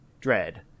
Dread